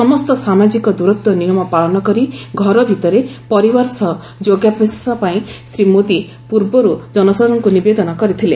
ସମସ୍ତ ସାମାଜିକ ଦୂରତ୍ୱ ନିୟମ ପାଳନ କରି ଘର ଭିତରେ ପରିବାର ସହ ଯୋଗାଭ୍ୟାସ ପାଇଁ ଶ୍ରୀ ମୋଦି ପୂର୍ବରୁ ଜନସାଧାରଣଙ୍କୁ ନିବେଦନ କରିଥିଲେ